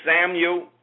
Samuel